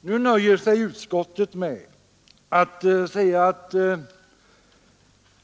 Nu nöjer sig utskottet med att säga att